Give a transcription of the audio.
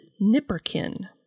nipperkin